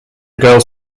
girls